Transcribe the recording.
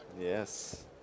Yes